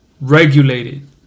regulated